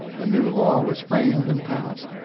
the new law was framed and passed.